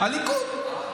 הליכוד.